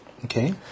Okay